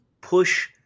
push